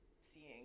seeing